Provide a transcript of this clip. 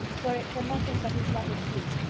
were it for nothing but his love of you,